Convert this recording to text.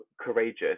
courageous